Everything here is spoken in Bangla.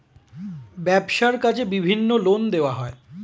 ব্যবসার কাজে বিভিন্ন লোন দেওয়া হয়